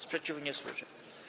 Sprzeciwu nie słyszę.